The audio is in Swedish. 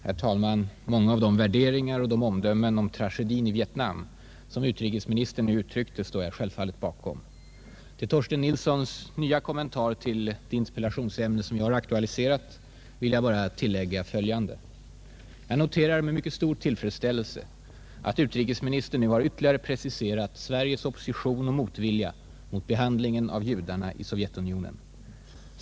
Herr talman! Många av de värderingar och omdömen om tragedin i Vietnam som utrikesministern uttryckte står jag självfallet bakom. Till Torsten Nilssons nya kommentar med anledning av det interpellationsämne som jag har aktualiserat vill jag bara tillägga följande. Jag noterar med mycket stor tillfredsställelse att utrikesministern nu har ytterligare preciserat Sveriges opposition och motvilja mot behandlingen av judarna i Sovjetunionen.